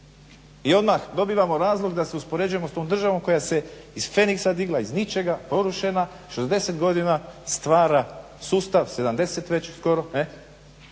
i odmah dobivamo razlog da se uspoređujemo s tom državom koja se kao Feniks digla iz ničega, porušena, i 60 godina stvara sustav, 70 već skoro